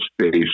space